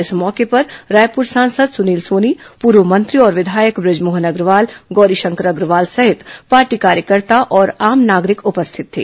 इस मौके पर रायपुर सांसद सुनील सोनी पूर्व मंत्री और विधायक बृजमोहन अग्रवाल गौरीशंकर अग्रवाल सहित पार्टी कार्यकर्ता और आम नागरिक उपस्थित थे